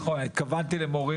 נכון, התכוונתי למורים.